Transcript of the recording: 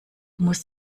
muss